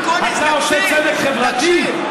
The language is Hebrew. אתה עושה צדק חברתי?